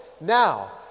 Now